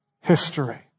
history